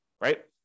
right